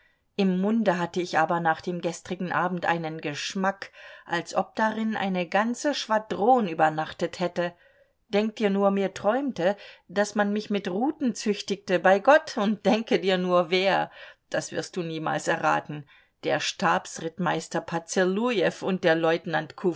im munde hatte ich aber nach dem gestrigen abend einen geschmack als ob darin eine ganze schwadron übernachtet hätte denk dir nur mir träumte daß man mich mit ruten züchtigte bei gott und denke dir nur wer das wirst du niemals erraten der stabsrittmeister pozelujew und der leutnant